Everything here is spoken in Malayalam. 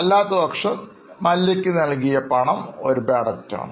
അല്ലാത്തപക്ഷം Mallya ക്ക് നൽകിയ പണം ഒരു Bad debt പോലെയാണ്